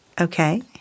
Okay